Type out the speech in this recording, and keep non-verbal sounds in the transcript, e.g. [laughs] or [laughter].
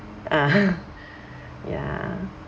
[laughs] ya